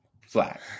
flat